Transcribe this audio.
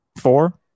four